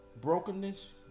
brokenness